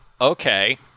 okay